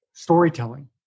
storytelling